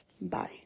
Bye